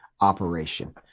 operation